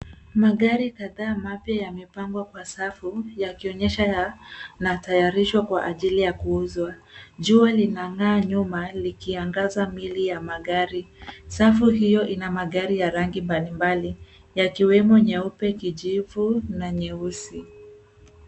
Magari kadhaa mapya yamepangwa kwa safu yakionyesha yanatayarishwa kwa ajili ya kuuzwa. Jua linang'aa nyuma likiangaza miili ya magari. Safu hio ina magari ya rangi mbalimbali, yakiwemo nyeupe, kijivu, na nyeusi.